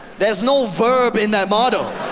there's no verb in that motto.